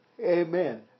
Amen